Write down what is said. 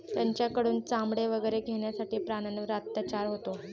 त्यांच्याकडून चामडे वगैरे घेण्यासाठी प्राण्यांवर अत्याचार होतो